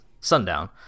sundown